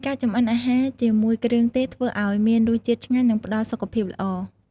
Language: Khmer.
ការចម្អិនអាហារជាមួយគ្រឿងទេសធ្វើឱ្យមានរសជាតិឆ្ងាញ់ និងផ្តល់សុខភាពល្អ។